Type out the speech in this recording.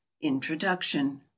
INTRODUCTION